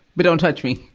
but don't touch me.